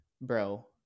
Bro